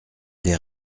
des